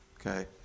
Okay